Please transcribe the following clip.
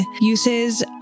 uses